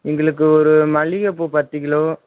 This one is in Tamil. எங்களுக்கு ஒரு மல்லிகை பூ பத்து கிலோ